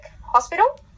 Hospital